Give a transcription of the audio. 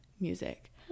music